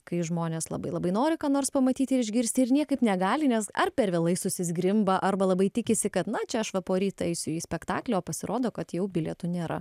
kai žmonės labai labai nori ką nors pamatyti išgirsti ir niekaip negali nes ar per vėlai susizgrimba arba labai tikisi kad na čia va poryt eisiu į spektaklį o pasirodo kad jau bilietų nėra